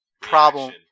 problem